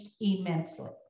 immensely